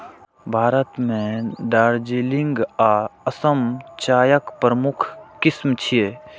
भारत मे दार्जिलिंग आ असम चायक प्रमुख किस्म छियै